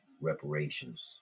reparations